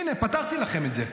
הינה, פתרתי לכם את זה.